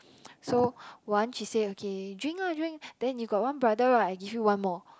so once she say okay drink lah drink then you got one brother right I give you one more